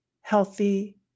healthy